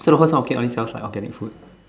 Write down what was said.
so the whole supermarket only sells like organic food